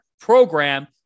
program